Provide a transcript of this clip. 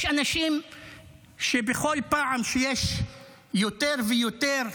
יש אנשים שבכל פעם שיש יותר ויותר,